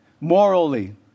morally